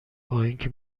بااینکه